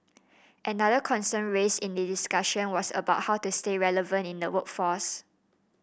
another concern raised in the discussion was about how to stay relevant in the workforce